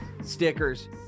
Stickers